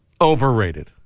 Overrated